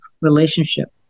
relationship